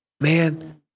Man